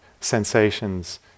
sensations